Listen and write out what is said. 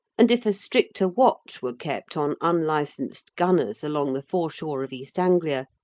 and if a stricter watch were kept on unlicensed gunners along the foreshore of east anglia,